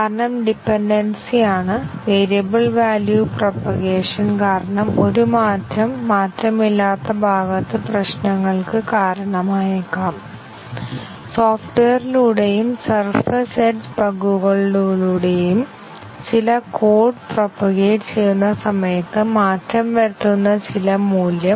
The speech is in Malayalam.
കാരണം ഡിപെൻഡെൻസി ആണ് വേരിയബിൾ വാല്യു പ്രൊപൊഗേഷൻ കാരണം ഒരു മാറ്റം മാറ്റമില്ലാത്ത ഭാഗത്ത് പ്രശ്നങ്ങൾക്ക് കാരണമായേക്കാം സോഫ്റ്റ്വെയറിലൂടെയും സർഫേസ് എഡ്ജ് ബഗുകളിലൂടെയും ചില കോഡ് പ്രൊപൊഗേറ്റ് ചെയ്യുന്ന സമയത്ത് മാറ്റം വരുത്തുന്ന ചില മൂല്യം